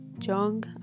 Jung